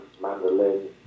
mandolin